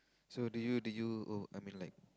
so did you did you oh I mean like